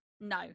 no